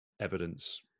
evidence